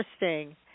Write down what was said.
interesting